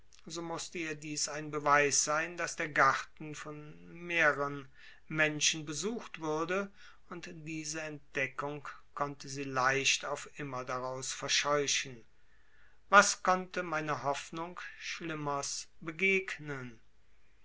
so mußte ihr dies ein beweis sein daß der garten von mehrern menschen besucht würde und diese entdeckung konnte sie leicht auf immer daraus verscheuchen was konnte meiner hoffnung schlimmers begegnen